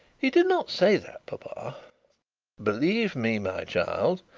he did not say that, papa believe me, my child,